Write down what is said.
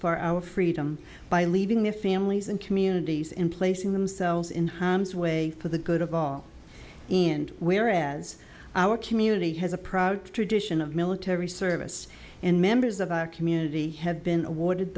for our freedom by leaving their families and communities in placing themselves in harm's way for the good of all and where as our community has a proud tradition of military service and members of our community have been awarded